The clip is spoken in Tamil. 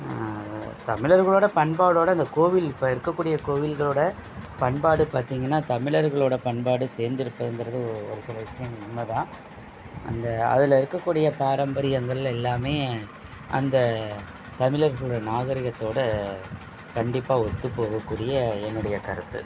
தமிழர்களோடய பண்பாடோடு அந்தக் கோவில் இப்போ இருக்கக்கூடிய கோவில்களோடு பண்பாடு பார்த்தீங்கன்னா தமிழர்களோடய பண்பாடு சேர்ந்திருப்பதுங்கிறது ஒரு சில விஷயம் உண்மை தான் அந்த அதில் இருக்கக்கூடிய பாரம்பரியங்கள் எல்லாமே அந்தத் தமிழர்களோட நாகரிகத்தோடு கண்டிப்பாக ஒத்துப் போகக்கூடியது என்னுடைய கருத்து